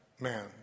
man